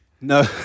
No